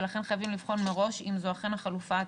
ולכן חייבים לבחון מראש אם זו אכן החלופה הטובה,